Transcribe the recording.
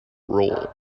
role